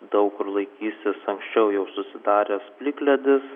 daug kur laikysis anksčiau jau susidaręs plikledis